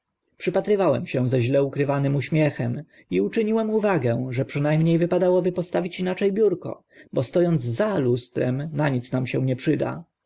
przypatrywałem się ze źle ukrytym uśmiechem i uczyniłem uwagę że przyna mnie wypadałoby postawić inacze biurko bo sto ąc za lustrem na nic nam się nie przyda